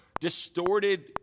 distorted